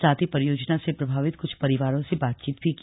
साथ ही परियोजना से प्रभावित कुछ परिवारों से बातचीत भी की